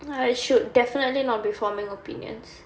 I should definitely not be forming opinions